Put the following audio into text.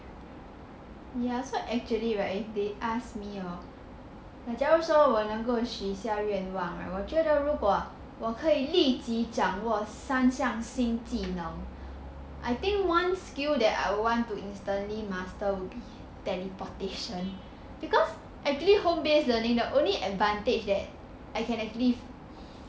ya so actually right they ask me hor 假如说我能够许下愿望 right 我觉得如果我可以立即掌握三项新技能 I think one skill that I will want to instantly master will be teleportation because actually home based learning the only advantage that I can actually